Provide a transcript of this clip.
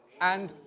and,